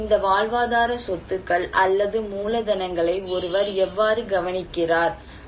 எனவே இந்த வாழ்வாதார சொத்துக்கள் அல்லது மூலதனங்களை ஒருவர் எவ்வாறு கவனிக்கிறார்